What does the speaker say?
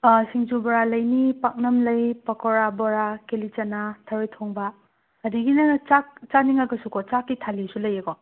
ꯑꯑꯥ ꯁꯤꯡꯖꯨꯒ ꯂꯩꯅꯤ ꯄꯥꯛꯅꯝ ꯂꯩ ꯄꯀꯧꯔꯥ ꯕꯣꯔꯥ ꯀꯦꯂꯤꯆꯅꯥ ꯊꯔꯣꯏ ꯊꯣꯡꯕ ꯑꯗꯒꯤ ꯅꯪꯅ ꯆꯥꯛ ꯆꯥꯅꯤꯡꯉꯒꯁꯨꯀꯣ ꯆꯥꯛꯀꯤ ꯊꯥꯂꯤꯁꯨ ꯂꯩꯌꯦꯀꯣ